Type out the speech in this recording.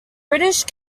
british